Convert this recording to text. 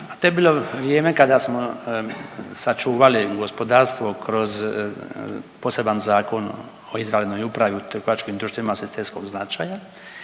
to je bilo vrijeme kada smo sačuvali gospodarstvo kroz poseban zakon o izvanrednoj upravi u trgovačkim društvima sestrinskog značaja